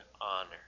honor